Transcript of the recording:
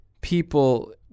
people